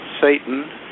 Satan